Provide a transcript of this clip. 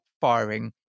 firing